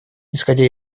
исходя